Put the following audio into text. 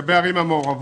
לגבי הערים המעורבות